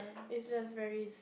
it's just very